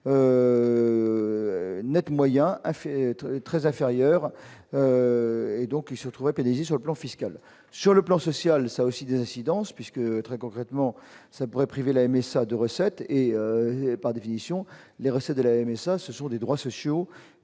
être très inférieurs. Donc il se trouverait PDG sur le plan fiscal, sur le plan social ça aussi des incidences, puisque très concrètement ça pourrait priver la MSA de recettes et par définition, les recettes de la NSA, ce sont des droits sociaux